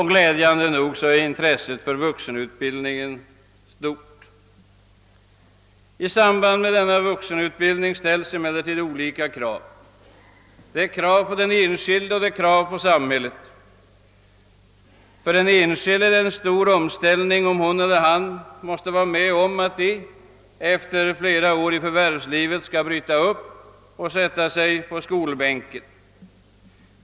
Glädjande nog är också intresset för vuxenutbildningen stort. I samband med denna vuxenutbildning ställs emellertid olika krav både på den enskilde och på samhället. För den enskilde innebär det en stor om ställning när han eller hon efter flera år i förvärvslivet skall bryta upp och sätta sig på skolbänken.